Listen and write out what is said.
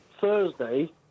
Thursday